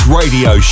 radio